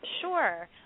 Sure